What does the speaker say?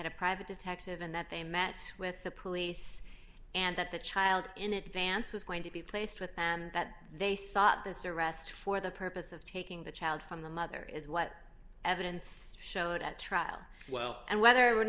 had a private detective and that they met with the police and that the child in advance was going to be placed with and that they sought this arrest for the purpose of taking the child from the mother is what evidence showed at trial well and whether or